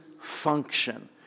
function